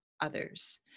others